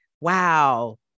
wow